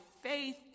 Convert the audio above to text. faith